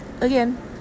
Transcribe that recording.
again